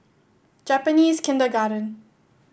Japanese Kindergarten